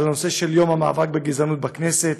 על הנושא של יום המאבק בגזענות בכנסת.